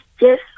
yes